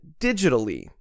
digitally